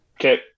Okay